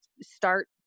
start